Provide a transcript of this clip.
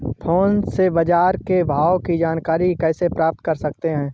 Phone से बाजार के भाव की जानकारी कैसे प्राप्त कर सकते हैं?